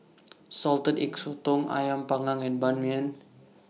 Salted Egg Sotong Ayam Panggang and Ban Mian